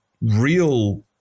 real